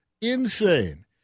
Insane